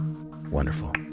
wonderful